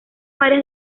varias